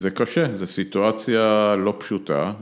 ‫זה קשה, זו סיטואציה לא פשוטה.